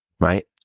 right